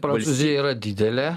prancūzija yra didelė